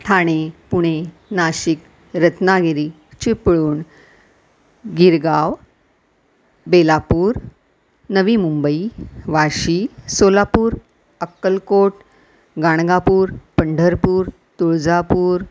Thane Pune Nashik Ratnagiri Chiplun Girgaon Belapur Navi Mumbai Vashi Solapur Akkalkot Ganagapur Pandharpur Tuljapur